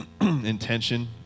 intention